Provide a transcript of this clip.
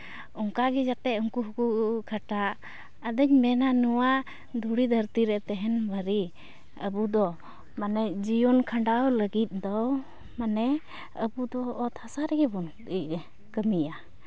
ᱚᱱᱠᱟ ᱜᱮ ᱡᱟᱛᱮ ᱩᱱᱠᱩ ᱦᱚᱸᱠᱚ ᱠᱷᱟᱴᱟᱜ ᱟᱫᱚᱧ ᱢᱮᱱᱟ ᱱᱚᱣᱟ ᱫᱷᱩᱲᱤ ᱫᱷᱟᱹᱨᱛᱤ ᱨᱮ ᱛᱟᱦᱮᱱ ᱫᱷᱟᱹᱨᱤᱡ ᱟᱵᱚ ᱫᱚ ᱢᱟᱱᱮ ᱡᱤᱭᱚᱱ ᱠᱷᱟᱸᱰᱟᱣ ᱞᱟᱹᱜᱤᱫ ᱫᱚ ᱢᱟᱱᱮ ᱟᱵᱚ ᱫᱚ ᱚᱛ ᱦᱟᱥᱟ ᱨᱮᱜᱮ ᱵᱚᱱ ᱤᱭᱟᱹ ᱠᱟᱹᱢᱤᱭᱟ